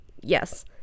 yes